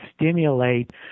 stimulate